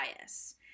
bias